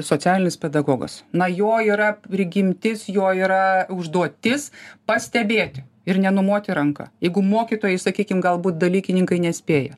socialinis pedagogas na jo yra prigimtis jo yra užduotis pastebėt ir nenumoti ranka jeigu mokytojai sakykim galbūt dalykininkai nespėja